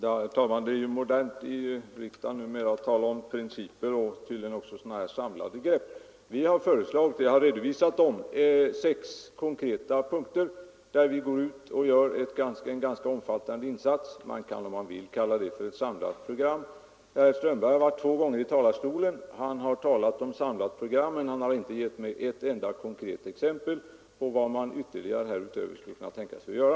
Herr talman! Det är ju modernt i riksdagen numera att tala om principer och tydligen också om samlade grepp. Vi har föreslagit sex konkreta punkter — jag har redovisat dem — där vi går ut och gör en ganska omfattande insats. Man kan om man vill kalla det ett samlat program. Herr Strömberg i Botkyrka har varit uppe i talarstolen två gånger och talat om ett samlat program, men han har inte gett mig ett enda konkret exempel på vad man ytterligare skulle kunna tänka sig att göra.